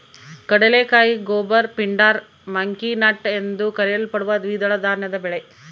ಕಡಲೆಕಾಯಿ goober pindar monkey nut ಎಂದೂ ಕರೆಯಲ್ಪಡುವ ದ್ವಿದಳ ಧಾನ್ಯದ ಬೆಳೆ